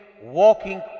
walking